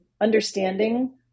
understanding